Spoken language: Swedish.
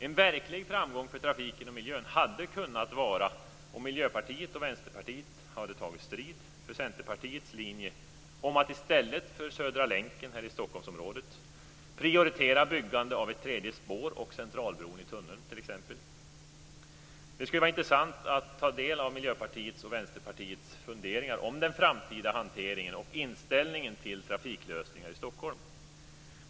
En verklig framgång för trafiken och miljön hade kunnat vara om Miljöpartiet och Vänsterpartiet hade tagit strid för Centerpartiets linje om att i stället för Södra länken här i Stockholmsområdet prioritera t.ex. byggande av ett tredje spår och Centralbron i tunnel. Det skulle vara intressant att ta del av Miljöpartiets och Vänsterpartiets funderingar om den framtida hanteringen och inställningen till trafiklösningar i Stockholm.